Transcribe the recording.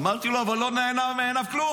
אמרתי לו: אבל לא נעלם מעיניו כלום.